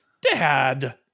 Dad